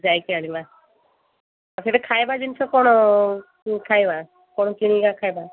ଯାଇକି ଆଣିବା ଆଉ ସେଠି ଖାଇବା ଜିନିଷ କଣ ଖାଇବା କଣ କିଣିବା ଖାଇବା